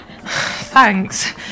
Thanks